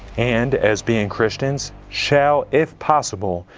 and as being christians, shall, if possible,